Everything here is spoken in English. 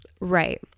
Right